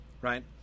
right